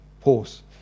Pause